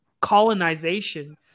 colonization